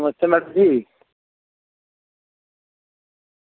नमस्ते madam जी